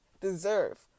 deserve